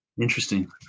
Interesting